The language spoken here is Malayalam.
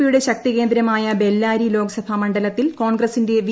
പി യുടെ ശക്തികേന്ദ്രമായ ബെല്ലാരി ലോക്സഭാ മണ്ഡലത്തിൽ കോൺഗ്രസിന്റെ വി